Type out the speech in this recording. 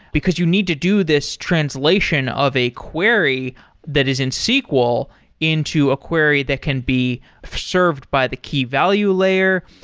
because you need to do this translation of a query that is in sql into a query that can be served by the key value layer,